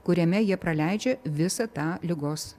kuriame jie praleidžia visą tą ligos